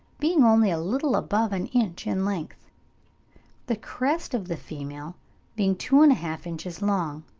being only a little above an inch in length the crest of the female being two and a half inches long.